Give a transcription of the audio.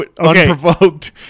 unprovoked